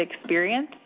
experience